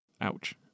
Ouch